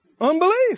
Unbelief